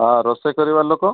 ହଁ ରୋଷେଇ କରିବା ଲୋକ